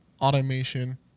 automation